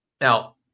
Now